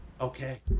okay